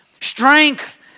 Strength